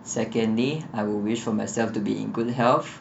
secondly I will wish for myself to be in good health